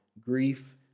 Grief